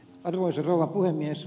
arvoisa rouva puhemies